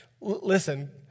listen